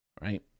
right